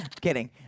kidding